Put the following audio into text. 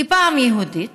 כי פעם היא יהודית,